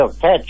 catch